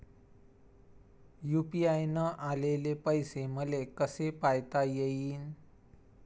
UPI न आलेले पैसे मले कसे पायता येईन?